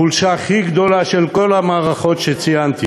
החולשה הכי גדולה של כל המערכות שציינתי